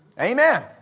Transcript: Amen